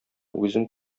үзең